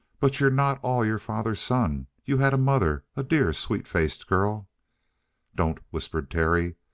but you're not all your father's son. you had a mother. a dear, sweet faced girl don't! whispered terry.